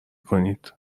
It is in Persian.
کنید